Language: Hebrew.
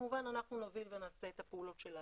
כשכמובן אנחנו נוביל ונעשה את הפעולות שלנו.